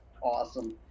awesome